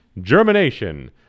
Germination